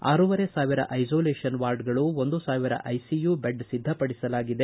ಆರುವರೆ ಸಾವಿರ ಐಸೋಲೇಷನ್ ವಾರ್ಡ್ಗಳು ಒಂದು ಸಾವಿರ ಐಸಿಯು ಬೆಡ್ ಸಿದ್ದಪಡಿಸಲಾಗಿದೆ